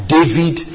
David